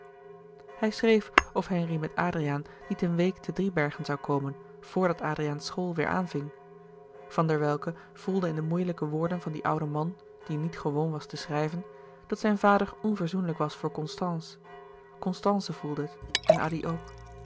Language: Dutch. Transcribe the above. hij schreef of henri met adriaan niet een week te driebergen zoû komen vr dat adriaans school weêr aanving van der welcke voelde in de moeilijke woorden van dien ouden man die niet gewoon was te schrijven dat zijn vader onverzoenlijk was voor constance louis couperus de boeken der kleine zielen constance voelde het en addy ook